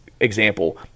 example